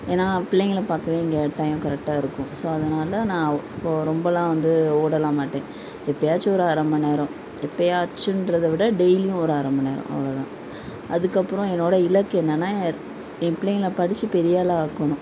ஏன்னா பிள்ளைங்களை பார்க்கவே இங்கே டைம் கரெக்டாக இருக்கும் ஸோ அதனால் நான் இப்போது ரொம்பலாம் வந்து ஓடலாம்மாட்டேன் எப்போயாச்சும் ஒரு அரமணிநேரம் எப்போயாச்சுன்றத விட டெய்லியும் ஒரு அரமணிநேரம் அவ்வளோதான் அதுக்கப்புறம் என்னோடய இலக்கு என்னன்னா என் பிள்ளைங்களை படிச்சு பெரியாளாக ஆக்கணும்